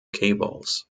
cables